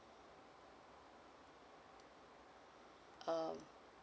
um